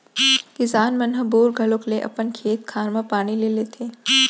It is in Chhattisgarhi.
किसान मन ह बोर घलौक ले अपन खेत खार म पानी ले लेथें